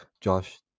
Josh